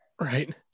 Right